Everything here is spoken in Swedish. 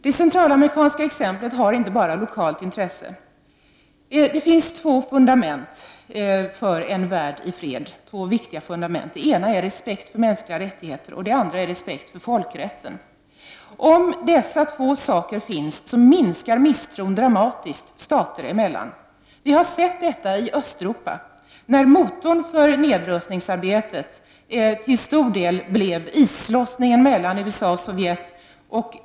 Det centralamerikanska exemplet har inte bara lokalt intresse. Det finns två viktiga fundament för en värld i fred. Det ena gäller respekten för mänskliga rättigehter. Det andra gäller respekten för folkrätten. Om dessa båda fundament finns, minskar misstron dramatiskt stater emellan. Vi har sett detta i Östeuropa: Motorn för nedrustningsarbetet blev till stor del den islossning som skedde mellan USA och Sovjet.